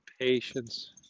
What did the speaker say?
patience